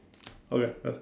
okay done